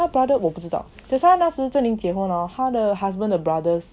他 brother 我不知道 that's why 那时 zheng ming 结婚 hor 他的 husband 的 brothers